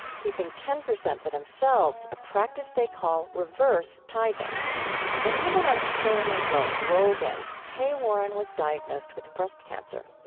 keeping ten percent for themselves, a practice they call reverse tithing and even as fame and wealth rolled in, kay warren was diagnosed with breast cancer.